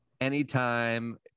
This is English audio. anytime